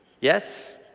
Yes